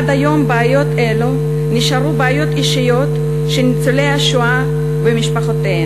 עד היום בעיות אלו נשארו בעיות אישיות של ניצולי השואה ומשפחותיהם.